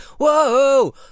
Whoa